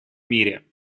мире